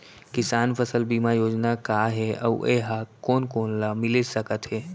किसान फसल बीमा योजना का हे अऊ ए हा कोन कोन ला मिलिस सकत हे?